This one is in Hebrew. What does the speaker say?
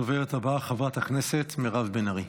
הדוברת הבאה, חברת הכנסת מירב בן ארי.